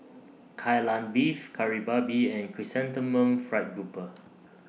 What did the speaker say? Kai Lan Beef Kari Babi and Chrysanthemum Fried Grouper